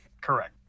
correct